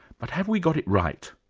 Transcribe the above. but have we got it right?